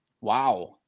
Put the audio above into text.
Wow